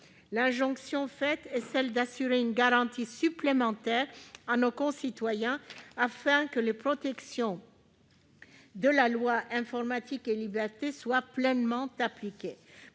enjoignent d'apporter une garantie supplémentaire à nos concitoyens, afin que les protections de la loi Informatique et libertés soient pleinement appliquées.